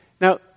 Now